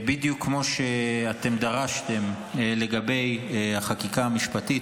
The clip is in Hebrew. בדיוק כמו שדרשתם לגבי החקיקה המשפטית.